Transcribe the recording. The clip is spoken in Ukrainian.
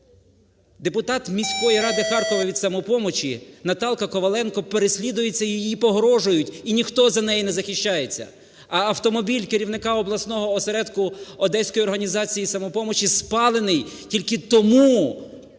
депутат міської ради Харкова від "Самопомочі" Наталка Коваленко переслідується і їй погрожують, і ніхто за неї не захищається. А автомобіль керівника обласного осередку одеської організації "Самопомочі" спалений тільки тому, що